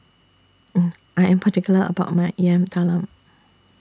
I Am particular about My Yam Talam